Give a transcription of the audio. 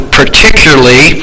particularly